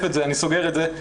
סוגר את זה,